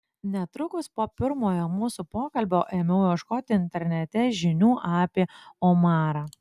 netrukus po pirmojo mūsų pokalbio ėmiau ieškoti internete žinių apie omarą